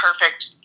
perfect